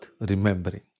remembering